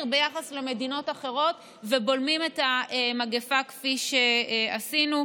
ביחס למדינות אחרות ובולמים את המגפה כפי שעשינו.